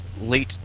late